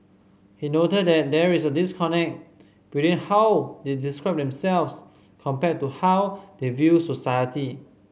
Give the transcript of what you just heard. he noted that there is a disconnect between how they describe themselves compared to how they view society